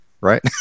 right